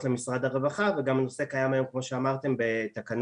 למשרד הרווחה וגם הנושא קיים היום כמו שאמרתם בתקנות